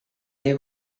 they